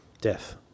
death